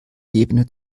ebene